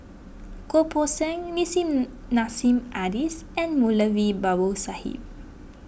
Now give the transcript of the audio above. Goh Poh Seng Nissim Nassim Adis and Moulavi Babu Sahib